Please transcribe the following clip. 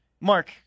Mark